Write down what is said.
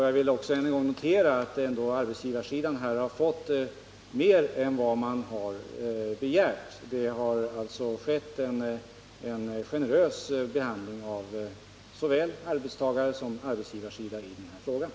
Jag vill ändå poängtera att man på arbetsgivarsidan har fått mer än man har begärt. Det har alltså skett en generös behandling såväl av arbetstagarsom av arbetsgivarsidan i den här frågan.